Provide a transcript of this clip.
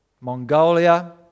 Mongolia